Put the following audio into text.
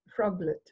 froglet